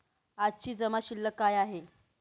आजची जमा शिल्लक काय आहे?